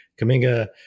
Kaminga